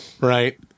right